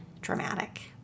dramatic